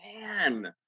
man